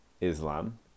Islam